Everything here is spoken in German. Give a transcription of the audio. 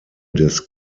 des